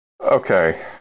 okay